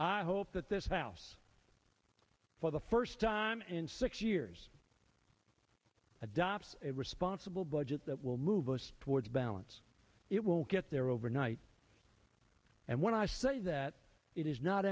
i hope that this faust for the first time in six years adopts a responsible budget that will move us towards balance it won't get there overnight and when i say that it is not